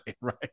right